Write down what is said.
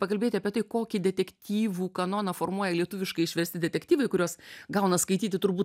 pakalbėti apie tai kokį detektyvų kanoną formuoja lietuviškai išversti detektyvai kuriuos gauna skaityti turbūt